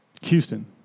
Houston